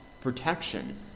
protection